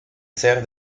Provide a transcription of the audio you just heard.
ser